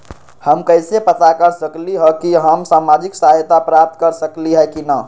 हम कैसे पता कर सकली ह की हम सामाजिक सहायता प्राप्त कर सकली ह की न?